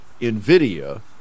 NVIDIA